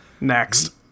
Next